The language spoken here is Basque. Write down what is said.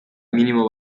minimo